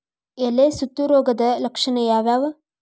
ಎಲೆ ಸುತ್ತು ರೋಗದ ಲಕ್ಷಣ ಯಾವ್ಯಾವ್?